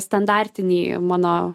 standartiniai mano